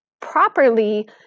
properly